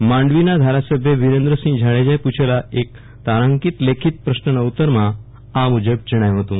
માંડવીના ધારાસભ્ય વીરેન્દ્રસિંહ જાડેજાએ પુછોલા એક તારાંકિત લેખિત પ્રશ્નના ઉતતરમાં વિધાનસભામાં જણાવ્યું હતું